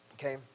Okay